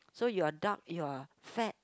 so you are doubt you are fat